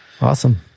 Awesome